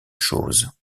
chose